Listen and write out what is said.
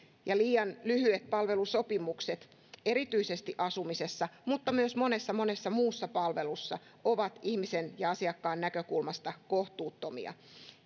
liian lyhyet palvelusopimukset erityisesti asumisessa mutta myös monessa monessa muussa palvelussa ovat ihmisen ja asiakkaan näkökulmasta kohtuuttomia